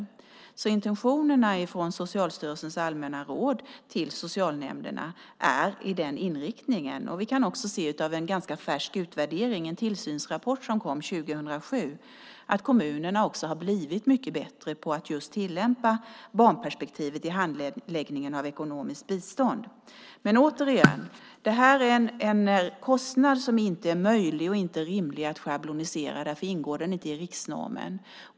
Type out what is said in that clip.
Intentionerna i Socialstyrelsens allmänna råd till socialnämnderna har alltså den inriktningen. Vi kan också se av en ganska färsk utvärdering, en tillsynsrapport som kom 2007, att kommunerna blivit mycket bättre på att just tillämpa barnperspektivet i handläggningen av ekonomiskt bistånd. Återigen: Detta är en kostnad som inte är möjlig eller rimlig att schablonisera, och därför ingår den inte i riksnormen.